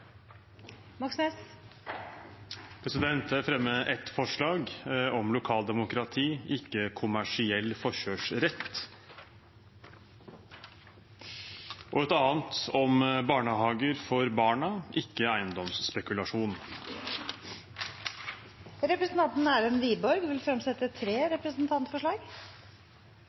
Moxnes vil fremsette to representantforslag. Jeg vil fremme et forslag om lokaldemokrati, ikke kommersiell forkjørsrett, og et annet om barnehager for barna, ikke eiendomsspekulasjon. Representanten Erlend Wiborg vil fremsette tre representantforslag.